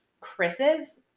Chris's